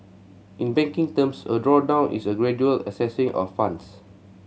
in banking terms a drawdown is a gradual accessing of funds